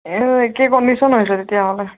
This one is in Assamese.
এই একে কণ্ডিশ্যন হৈছে তেতিয়াহ'লে